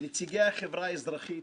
נציגי החברה האזרחית,